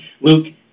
Luke